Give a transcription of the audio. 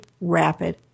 rapid